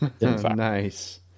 Nice